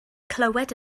clywed